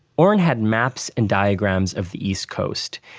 orrin had maps and diagrams of the east coast.